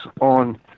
on